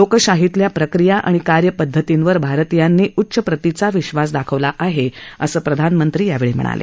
लोकशाहीतल्या प्रक्रिया आणि कार्यपदधतींवर भारतीयांनी उच्च प्रतीचा विश्वास दाखवला आहे असं प्रधानमंत्री म्हणाले